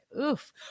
oof